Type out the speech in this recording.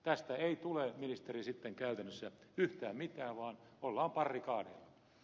tästä ei tule ministeri sitten käytännössä yhtään mitään vaan ollaan barrikadeilla